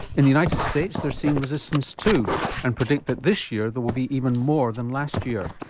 in the united states, they're seeing resistance too and predict that this year there will be even more than last year.